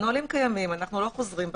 הנהלים קיימים אנחנו לא חוזרים בהם,